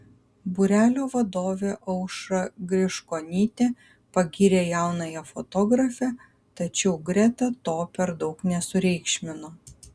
būrelio vadovė aušra griškonytė pagyrė jaunąją fotografę tačiau greta to per daug nesureikšmino